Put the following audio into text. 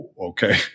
okay